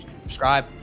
Subscribe